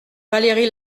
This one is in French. valérie